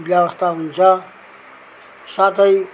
व्यवस्था हुन्छ साथै